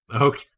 Okay